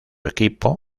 equipo